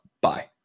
bye